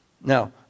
Now